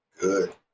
good